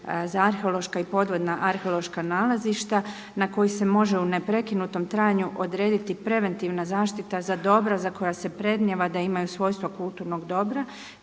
za arheološka i podvodna arheološka nalazišta na koji se može u neprekinutom trajanju odrediti preventivna zaštita za dobra za koja se prednijeva da imaju svojstva kulturnog dobra